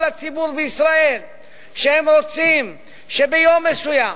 הציבור בישראל שהם רוצים שביום מסוים,